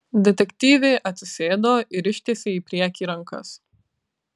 detektyvė atsisėdo ir ištiesė į priekį rankas